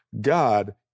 God